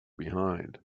behind